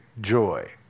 joy